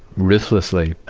ruthlessly,